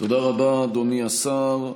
תודה רבה, אדוני השר.